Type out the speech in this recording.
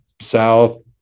South